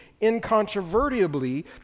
incontrovertibly